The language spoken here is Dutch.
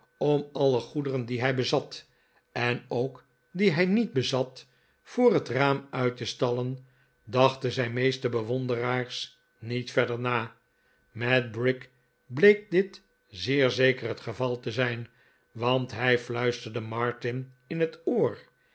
om alle goederen die hij bezat en ook die hij niet bezat voor het raam uit te stallen dachten zijn meeste bewonderaars niet verder na met brick bleek dit zeer zeker het geval te zijn want hij fluisterde martin in het oor